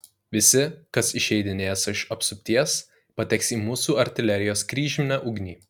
visi kas išeidinės iš apsupties pateks į mūsų artilerijos kryžminę ugnį